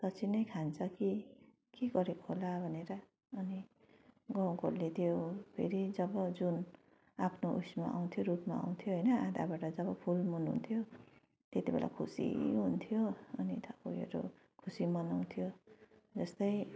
साँच्चै नै खान्छ कि के गरेको होला भनेर अनि गाउँकाहरूले त्यो फेरि जब जून आफ्नो ऊ यसमा आउँथ्यो रूपमा आउँथ्यो होइन आधाबाट जब फुल मुन हुन्थ्यो त्यति बेला खुसी हुन्थ्यो अनि त उयोहरू खुसी मनाउथ्यो जस्तै